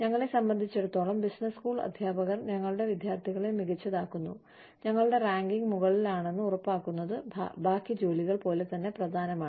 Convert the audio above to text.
ഞങ്ങളെ സംബന്ധിച്ചിടത്തോളം business school അധ്യാപകർ ഞങ്ങളുടെ വിദ്യാർത്ഥികളെ മികച്ചതാക്കുന്നു ഞങ്ങളുടെ റാങ്കിംഗ് മുകളിലാണെന്ന് ഉറപ്പാക്കുന്നത് ബാക്കി ജോലികൾ പോലെ തന്നെ പ്രധാനമാണ്